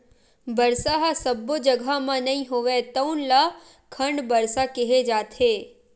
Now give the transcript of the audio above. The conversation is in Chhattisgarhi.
बरसा ह सब्बो जघा म नइ होवय तउन ल खंड बरसा केहे जाथे